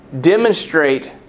demonstrate